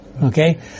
Okay